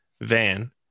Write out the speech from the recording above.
van